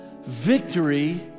Victory